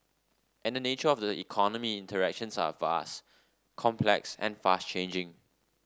and the nature of the economy interactions are vast complex and fast changing